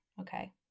Okay